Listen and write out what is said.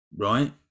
right